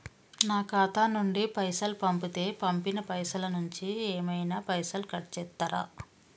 నా ఖాతా నుండి పైసలు పంపుతే పంపిన పైసల నుంచి ఏమైనా పైసలు కట్ చేత్తరా?